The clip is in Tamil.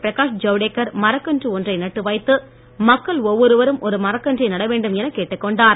பிரகாஷ் ஜவ்டேக்கர் மரக்கன்று ஒன்றை நட்டு வைத்து மக்கள் ஒவ்வொருவரும் ஒரு மரக்கன்றை நடவேண்டும் என கேட்டுக்கொண்டார்